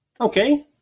Okay